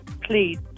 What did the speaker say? please